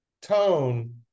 tone